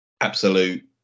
absolute